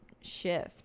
shift